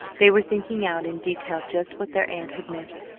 they were thinking out in detail just what their aunt had missed,